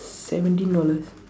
seventeen dollars